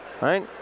Right